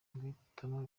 guhitamo